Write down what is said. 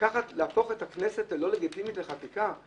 להפוך את הכנסת ללא לגיטימית לחקיקה?